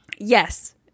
yes